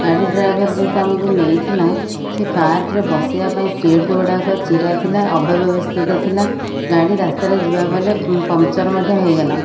ଗାଡ଼ି ଡ୍ରାଇଭର ଯେହେତୁ ଆମକୁ ନେଇଥିଲା ସେ କାର୍ ଟିର ବସିବା ପାଇଁ ସିଟ୍ ଗୁଡ଼ାକ ଚିରାଥିଲା ଅବ୍ୟବସ୍ଥିତଥିଲା ଗାଡ଼ି ରାସ୍ତାରେ ଯିବାବେଳେ ପମ୍ଚର ମଧ୍ୟ ହେଇଗଲା